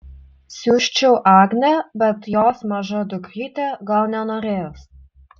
siųsčiau agnę bet jos maža dukrytė gal nenorės